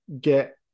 get